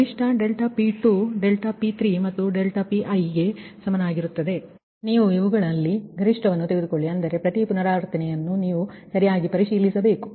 ಗರಿಷ್ಠ ∆P2 ∆P3 ಮತ್ತು ∆Pi ಗೆ ಸಮಾನವಾಗಿರುತ್ತದೆ ನೀವು ಇವುಗಳಲ್ಲಿ ಗರಿಷ್ಠವನ್ನು ತೆಗೆದುಕೊಳ್ಳಿ ಅಂದರೆ ಪ್ರತಿ ಪುನರಾವರ್ತನೆಯನ್ನೂ ನೀವು ಸರಿಯಾಗಿ ಪರಿಶೀಲಿಸಬೇಕು